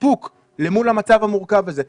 איפוק אל מול המצב המורכב הזה.